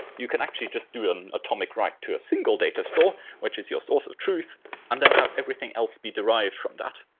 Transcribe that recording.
you can actually just do an atomic write to a single data store, which is your source of truth and then have everything else be derived from that.